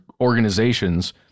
organizations